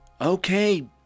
Okay